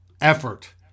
effort